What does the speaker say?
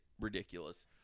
ridiculous